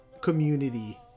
community